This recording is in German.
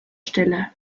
stille